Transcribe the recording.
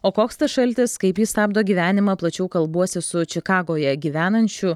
o koks tas šaltis kaip jis stabdo gyvenimą plačiau kalbuosi su čikagoje gyvenančiu